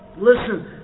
Listen